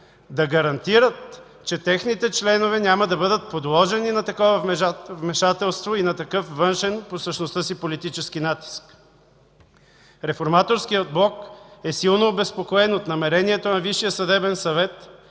да гарантират, че техните членове няма да бъдат подложени на такова вмешателство и на такъв външен по същността си политически натиск. Реформаторският блок е силно обезпокоен от намерението на Висшия съдебен съвет,